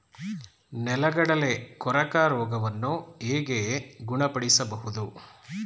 ನೆಲಗಡಲೆ ಕೊರಕ ರೋಗವನ್ನು ಹೇಗೆ ಗುಣಪಡಿಸಬಹುದು?